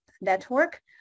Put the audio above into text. Network